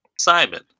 Simon